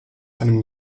einem